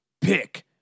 Pick